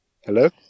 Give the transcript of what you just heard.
Hello